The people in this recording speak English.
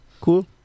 Cool